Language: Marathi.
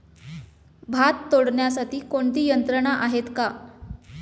भात तोडण्यासाठी कोणती यंत्रणा आहेत का?